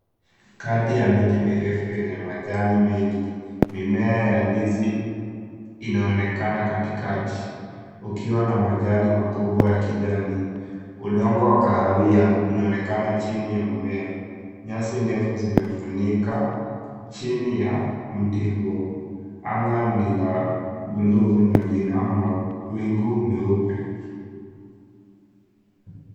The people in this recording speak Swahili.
Kati ya miti mirefu yenye majani mengi. Mimea ya ndizi inaonekana katikati. Ukiwa na majani makubwa ya kijani. Udongo wa kahawia uonekana chini ya mmea. Nyasi ndefu zimefunika chini ya mti huo. Anga ni la bluu na lina mawingu meupe.